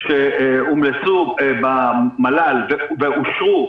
שהומלצו במל"ל ואושרו,